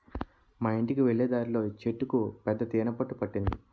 మా యింటికి వెళ్ళే దారిలో చెట్టుకు పెద్ద తేనె పట్టు పట్టింది